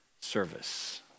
service